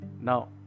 Now